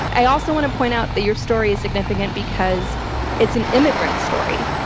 i also want to point out that your story is significant because it's an immigrant story.